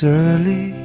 early